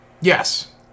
Yes